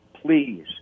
please